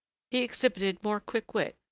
he exhibited more quick wit,